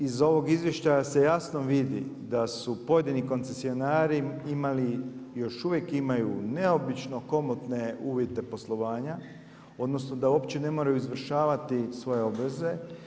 Iz ovog izvješća se jasno vidi da su pojedini koncesionari imali i još uvijek imaju neobično komotne uvjete poslovanja, odnosno da uopće ne moraju izvršavati svoje obveze.